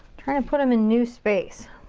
trying to put them in new space.